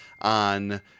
on